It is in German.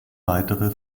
weitere